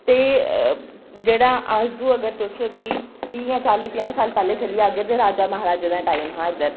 ते जेह्ड़ा अज्ज तों अगर तुस त्रीह् त्रीह् जां चाली पंजाह् साल पैह्लें चली जाह्गे ते राजे महाराजें दा टाइम हा इद्धर